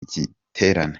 giterane